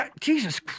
Jesus